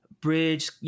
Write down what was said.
bridge